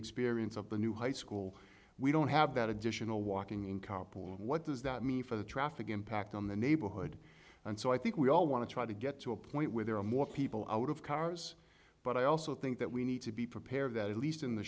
experience of the new high school we don't have that additional walking in carpool and what does that mean for the traffic impact on the neighborhood and so i think we all want to try to get to a point where there are more people out of cars but i also think that we need to be prepared that at least in the